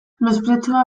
mespretxua